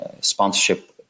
sponsorship